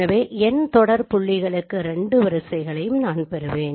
எனவே n தொடர் புள்ளிகளுக்கு 2 வரிசைகளையும் நான் பெறுவேன்